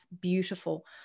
beautiful